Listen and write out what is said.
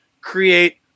create